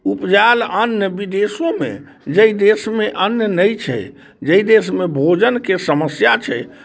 उपजायल अन्न विदेशोमे जाहि देशमे अन्न नहि छै जाहि देशमे भोजनके समस्या छै